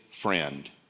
friend